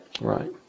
right